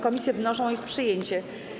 Komisje wnoszą o ich przyjęcie.